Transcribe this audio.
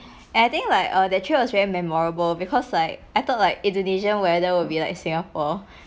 and I think like err the trip was very memorable because like I thought like indonesian weather will be like singapore